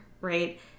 right